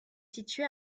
situé